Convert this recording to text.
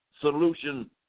solution